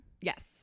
Yes